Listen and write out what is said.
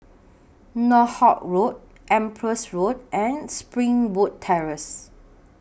Northolt Road Empress Road and Springwood Terrace